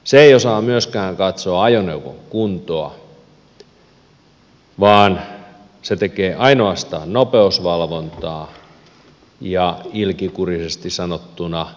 se ei osaa myöskään katsoa ajoneuvon kuntoa vaan se tekee ainoastaan nopeusvalvontaa ilkikurisesti sanottuna tilintekomielessä